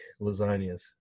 lasagnas